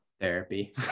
therapy